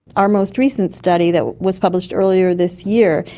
our most recent study that was published earlier this year,